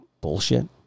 bullshit